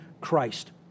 Christ